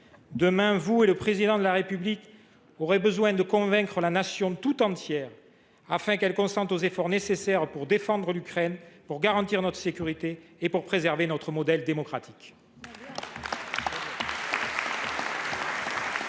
Demain, vous et le Président de la République aurez besoin de convaincre la Nation tout entière afin qu’elle consente aux efforts nécessaires pour défendre l’Ukraine, pour garantir notre sécurité et pour préserver notre modèle démocratique.